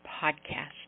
podcast